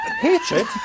hatred